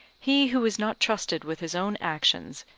he who is not trusted with his own actions,